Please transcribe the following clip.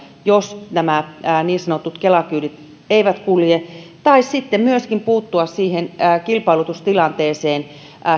jos nämä niin sanotut kela kyydit eivät kulje ja sitten myöskin puuttua siihen kilpailutustilanteeseen